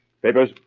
Papers